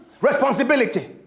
responsibility